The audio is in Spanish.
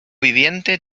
viviente